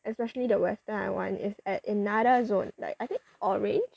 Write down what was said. especially the western I want is at another zone like I think orange